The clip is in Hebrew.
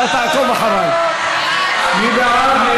מי בעד?